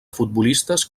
futbolistes